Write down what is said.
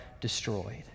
destroyed